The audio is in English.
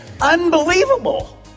Unbelievable